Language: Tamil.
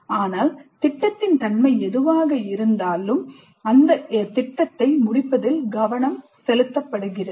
ஆனால் திட்டத்தின் தன்மை என்னவாக இருந்தாலும் அந்த திட்டத்தை முடிப்பதில் கவனம் செலுத்தப்படுகிறது